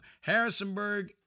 Harrisonburg